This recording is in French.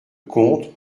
contres